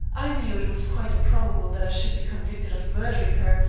i knew it was quite improbable that i should be convicted of murdering her,